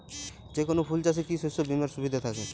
যেকোন ফুল চাষে কি শস্য বিমার সুবিধা থাকে?